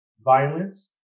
violence